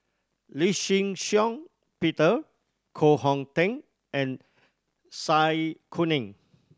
Lee Shih Shiong Peter Koh Hong Teng and Zai Kuning